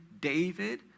david